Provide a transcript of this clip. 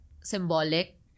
symbolic